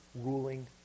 ruling